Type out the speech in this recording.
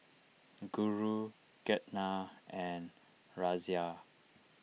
Guru Ketna and Razia